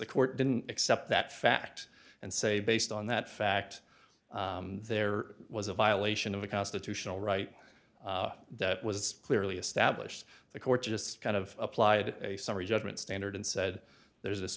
the court didn't accept that fact and say based on that fact there was a violation of a constitutional right that was clearly established the court just kind of applied a summary judgment standard and said there's